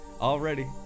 already